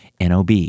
Nob